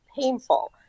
painful